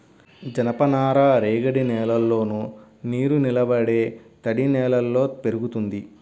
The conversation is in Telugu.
జనపనార రేగడి నేలల్లోను, నీరునిలబడే తడినేలల్లో పెరుగుతుంది